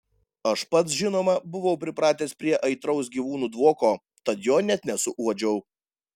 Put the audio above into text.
aš pats žinoma buvau pripratęs prie aitraus gyvūnų dvoko tad jo net nesuuodžiau